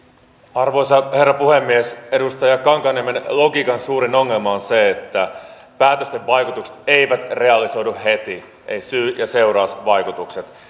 arvoisa herra puhemies edustaja kankaanniemen logiikan suurin ongelma on se että päätösten vaikutukset eivät realisoidu heti eivät syy ja seurausvaikutukset